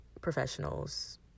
professionals